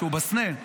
כשהוא בסנה,